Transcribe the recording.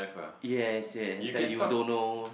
yes yes that you don't know